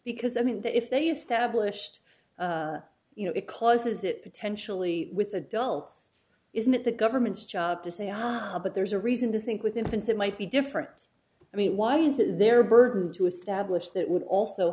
because i mean that if they established you know it closes it potentially with adults isn't it the government's job to say ah but there's a reason to think with infants that might be different i mean why is that their burden to establish that would also